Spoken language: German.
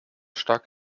stark